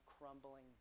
crumbling